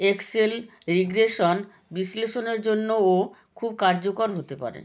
Excel regression বিশ্লেষণের জন্যও খুব কার্যকর হতে পারে